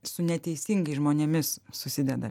su neteisingais žmonėmis susideda